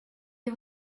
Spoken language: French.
est